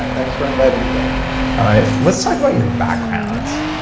thanks for inviting me, dave all right. let's talk about your background.